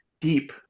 deep